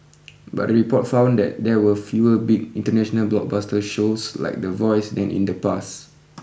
but the report found that there were fewer big international blockbuster shows like the voice than in the past